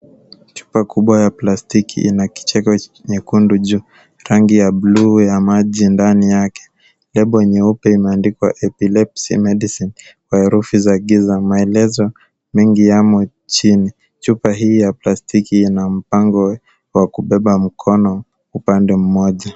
Chupa kubwa ya plastiki ina kicheko nyekundu juu, rangi ya bluu ya maji ndani yake. Debe nyeupe imeandikwa epilepsy medicine kwa herufi za giza za maelezo mengi yamo chini. Chupa hii ya plastiki ina mpango wa kubeba mkono upande mmoja.